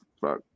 fuck